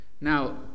Now